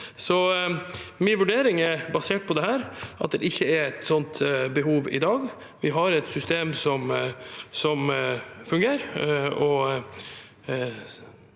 min vurdering basert på dette er at det ikke er et sånt behov i dag. Vi har et system som fungerer.